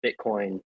Bitcoin